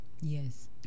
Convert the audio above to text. Yes